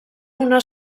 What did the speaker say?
una